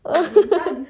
ah haha